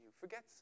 Forget